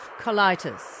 colitis